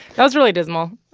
that was really dismal.